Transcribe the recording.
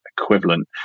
equivalent